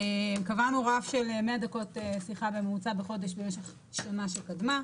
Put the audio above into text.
קבענו רף של 100 דקות שיחה בממוצע בחודש במהלך השנה שקדמה.